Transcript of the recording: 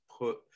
put